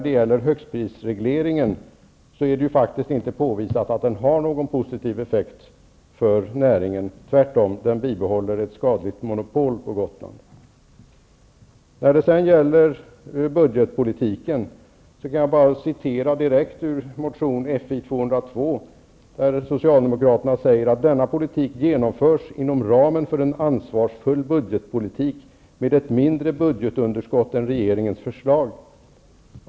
Det är inte bevisat att högstprisregleringen har någon positiv effekt för näringen. Tvärtom bidrar den till att upprätthålla ett skadligt monopol på När det sedan gäller budgetpolitiken kan jag bara citera direkt ur motion Fi202, där Socialdemokraterna säger: ''Denna politik genomförs inom ramen för en ansvarsfull budgetpolitik med ett mindre budgetunderskott än regeringens förslag.''